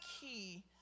key